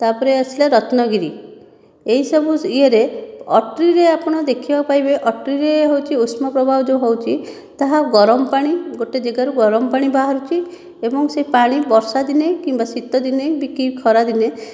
ତା'ପରେ ଆସିଲା ରତ୍ନଗିରି ଏହିସବୁ ଇଏରେ ଅଟ୍ରି ରେ ଆପଣ ଦେଖିବାକୁ ପାଇବେ ଅଟ୍ରିରେ ହେଉଛି ଉଷ୍ମପ୍ରବାହ ଯେଉଁ ହେଉଛି ତାହା ଗରମ ପାଣି ଗୋଟିଏ ଜାଗାରୁ ଗରମ ପାଣି ବାହାରୁଛି ଏବଂ ସେ ପାଣି ବର୍ଷା ଦିନେ କିମ୍ବା ଶୀତ ଦିନେ ବି କି ଖରାଦିନେ